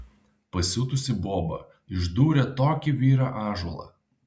pasiutusi boba išdūrė tokį vyrą ąžuolą